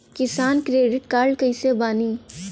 किसान credit card कइसे बानी?